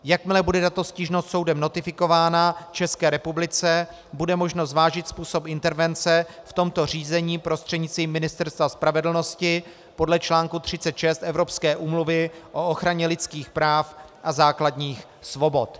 Jakmile bude tato stížnost soudem notifikována České republice, bude možno zvážit způsob intervence v tomto řízení prostřednictvím Ministerstva spravedlnosti podle čl. 36 evropské Úmluvy o ochraně lidských práv a základních svobod.